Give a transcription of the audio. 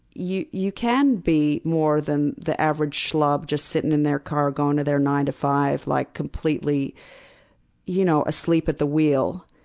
you you can be more than the average schlub just sitting in their car going to their nine five like completely you know asleep at the wheel.